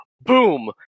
boom